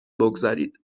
بگذارید